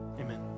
amen